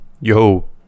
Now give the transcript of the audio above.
yo